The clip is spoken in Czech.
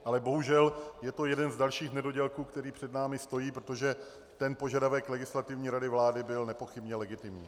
Ale bohužel je to jeden z dalších nedodělků, který před námi stojí, protože požadavek Legislativní rady vlády byl nepochybně legitimní.